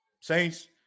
saints